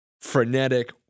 frenetic